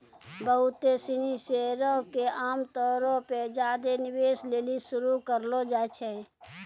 बहुते सिनी शेयरो के आमतौरो पे ज्यादे निवेश लेली शुरू करलो जाय छै